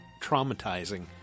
traumatizing